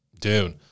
Dude